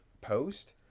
post